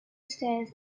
stairs